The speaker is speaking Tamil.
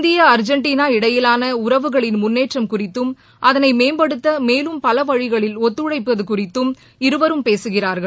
இந்தியா அர்ஜெண்டினா இடையிலான உறவுகளின் முன்னேற்றம் குறித்தம் அதளை மேம்படுத்த மேலும் பல வழிகளில் ஒத்துழைப்பது குறிததும் இருவரும் பேசுகிறார்கள்